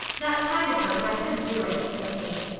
that's kind of her, but i couldn't do it, said kate.